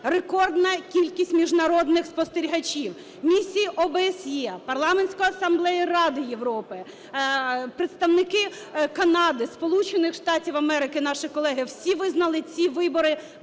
рекордна кількість міжнародних спостерігачів, місії ОБСЄ, Парламентської асамблеї Ради Європи, представники Канади, Сполучених Штатів Америки, наші колеги. Всі визнали ці вибори